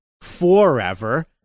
forever